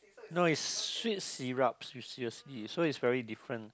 no it's sweet syrups seriously so it's very different